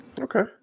okay